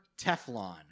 Teflon